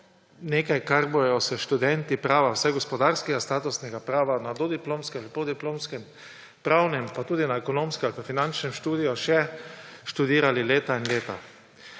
nekaj, kar bodo študenti prava, vsaj gospodarskega statusnega prava, na dodiplomskem, podiplomskem pravnem pa tudi na ekonomskem ali pa finančnem študiju študirali še leta in leta.